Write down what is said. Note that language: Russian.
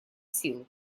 силы